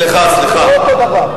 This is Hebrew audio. זה לא אותו דבר.